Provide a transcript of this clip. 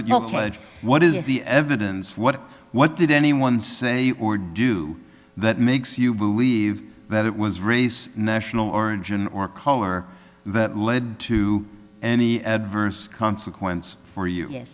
pledge what is the evidence what what did anyone say or do that makes you believe that it was race national origin or color that led to any adverse consequence for you